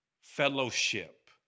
fellowship